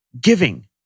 giving